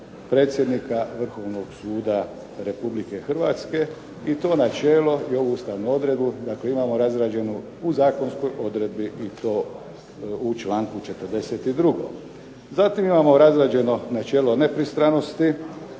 predsjednika Vrhovnog suda Republike Hrvatske". I to načelo i ovu ustavnu odredbu imamo razrađenu u zakonskoj odredbi i to u članku 42. Zatim imamo razrađeno načelo nepristranosti,